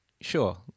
Sure